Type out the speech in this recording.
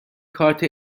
کارت